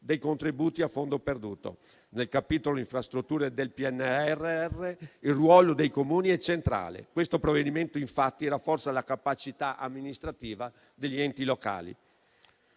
dei contributi a fondo perduto. Nel capitolo infrastrutture del PNRR il ruolo dei Comuni è centrale: questo provvedimento, infatti, rafforza la capacità amministrativa degli enti locali.